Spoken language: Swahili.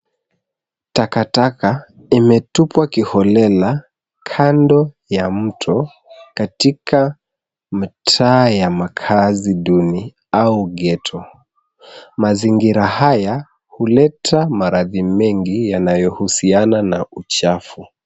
Takataka imetupwa kiholela kando ya mto katika mataa ya makazi duni au ghetto. Mazingira haya huleta maradhi mengi yanayohusiana na uchafu.